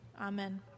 Amen